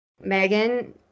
Megan